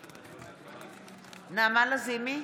אינו נוכח נעמה לזימי,